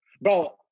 Bro